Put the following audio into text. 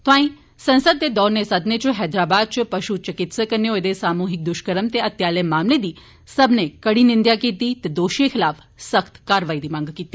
तोआई संसद दे दोने सदनें इच हैदराबाद इच पश् चिकित्सक कन्ने होए दे सामूहिक दृषकर्म ते हत्या आले मामले दी सबने कडी निन्देआ कीती ते दोषिएं खिलाफ सख्त कारवाई दी मंग कीती